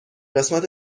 قسمت